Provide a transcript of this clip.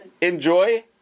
enjoy